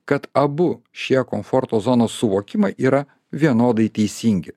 kad abu šie komforto zonos suvokimai yra vienodai teisingi